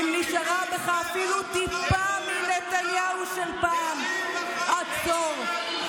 אם נשארה בך אפילו טיפה מנתניהו של פעם, עצור.